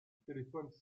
téléphone